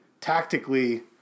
tactically